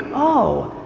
oh,